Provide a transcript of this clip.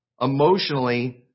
emotionally